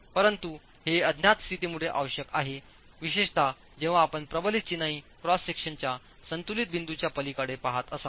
परंतु हे अज्ञात स्थितीमुळे आवश्यक आहे विशेषतः जेव्हा आपण प्रबलित चिनाई क्रॉस सेक्शनच्या संतुलित बिंदूच्या पलीकडे पहात असाल